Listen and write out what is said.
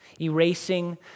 Erasing